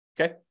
Okay